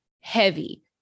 heavy